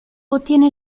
ottiene